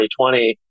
2020